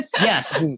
Yes